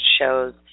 shows